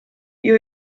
you